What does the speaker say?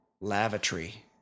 lavatory